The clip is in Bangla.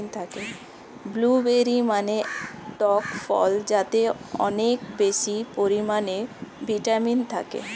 ব্লুবেরি মানে টক ফল যাতে অনেক বেশি পরিমাণে ভিটামিন থাকে